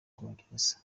bwongereza